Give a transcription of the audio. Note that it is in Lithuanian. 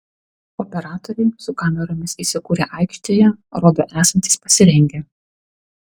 operatoriai su kameromis įsikūrę aikštėje rodo esantys pasirengę